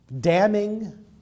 damning